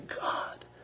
God